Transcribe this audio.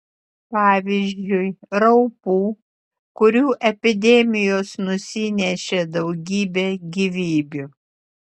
pavyzdžiui raupų kurių epidemijos nusinešė daugybę gyvybių